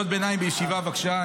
קריאות ביניים בישיבה, בבקשה.